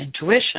intuition